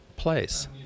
place